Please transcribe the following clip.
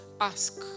ask